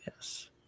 yes